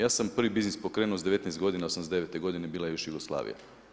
Ja sam prvi biznis pokrenuo s 19 godina, 1989. godine, bila je još Jugoslavija.